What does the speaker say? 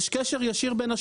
יש קשר ישיר בין השניים.